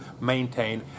maintain